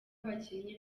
abakinnyi